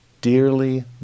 Dearly